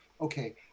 okay